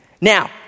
Now